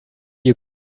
you